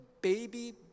baby